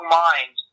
mind